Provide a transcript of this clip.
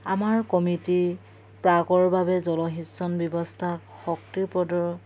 আমাৰ কমিটি প্ৰাকৰ বাবে জলসিঞ্চন ব্যৱস্থা শক্তিৰ